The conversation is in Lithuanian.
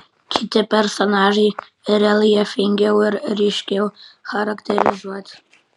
kiti personažai reljefingiau ir ryškiau charakterizuoti